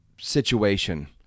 situation